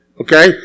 Okay